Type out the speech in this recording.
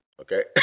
okay